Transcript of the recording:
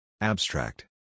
Abstract